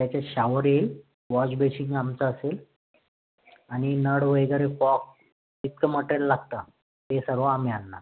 त्याच्यात शॉवर येईल wash basin आमचं असेल आणि नळ वगैरे कॉक इतकं मटेरियल लागतं ते सर्व आम्ही आणणार